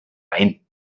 ein